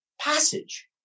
passage